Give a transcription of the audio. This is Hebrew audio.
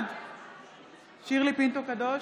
בעד שירלי פינטו קדוש,